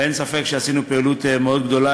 ואין ספק שעשינו פעילות מאוד גדולה,